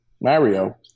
mario